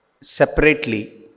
separately